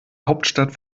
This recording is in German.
hauptstadt